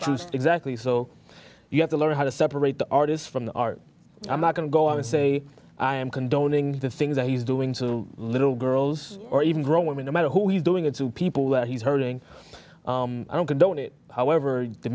truth exactly so you have to learn how to separate the artist from the art i'm not going to go and say i am condoning the things that he's doing to little girls or even grown women no matter who you doing it to people that he's hurting i don't condone it however the